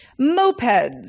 mopeds